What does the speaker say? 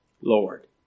Lord